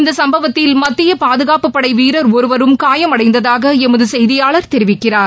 இந்த சம்பவத்தில் மத்திய பாதுகாப்புப்படை வீரர் ஒருவரும் காயமடைந்ததாக எமது செய்தியாளர் தெரிவிக்கிறார்